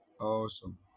Awesome